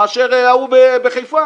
מאשר מקבל ההוא בחיפה.